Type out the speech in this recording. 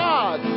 God